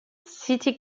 city